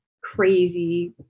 crazy